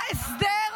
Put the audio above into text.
היה הסדר.